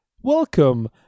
welcome